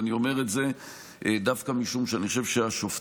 אני אומר את זה דווקא משום שאני חושב שהשופטים,